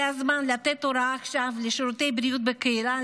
זה הזמן לתת עכשיו הוראה לשירותי בריאות בקהילה,